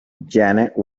janet